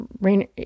Rain